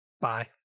Bye